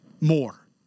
more